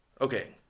Okay